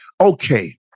Okay